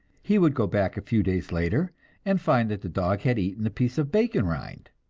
he would go back a few days later and find that the dog had eaten the piece of bacon rind,